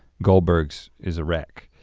goldbergs is a rec.